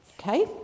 Okay